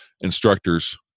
instructors